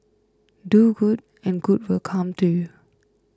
do good and good will come to you